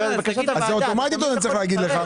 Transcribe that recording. זה אוטומטית או שאני צריך להגיד לך?